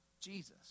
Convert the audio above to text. Jesus